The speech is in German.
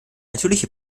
natürliche